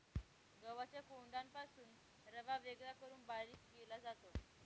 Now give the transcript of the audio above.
गव्हाच्या कोंडापासून रवा वेगळा करून बारीक केला जातो